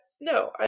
no